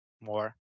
more